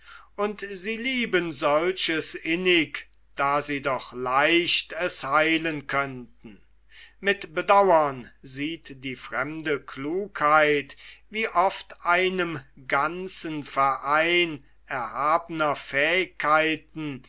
und sie lieben solches innig da sie doch leicht es heilen könnten mit bedauern sieht die fremde klugheit wie oft einem ganzen verein erhabener fähigkeiten